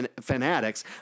fanatics